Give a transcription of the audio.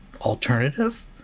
alternative